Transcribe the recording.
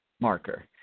marker